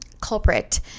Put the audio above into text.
culprit